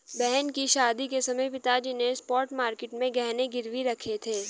बहन की शादी के समय पिताजी ने स्पॉट मार्केट में गहने गिरवी रखे थे